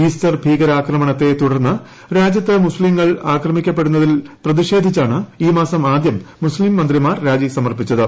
Easter ഭീകരാക്രമണത്തെ തുടർന്ന് രാജ്യത്ത് മുസ്ലീങ്ങൾ ആക്രമിക്കപ്പെടുന്നതിൽ പ്രതിഷേധിച്ചാണ് ഈ മാസം ആദ്യം മുസ്ലീം മന്ത്രിമാർ രാജി സമർപ്പിച്ചത്